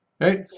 right